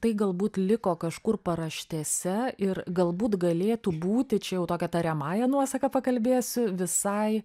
tai galbūt liko kažkur paraštėse ir galbūt galėtų būti čia jau tokia tariamąja nuosaka pakalbėsiu visai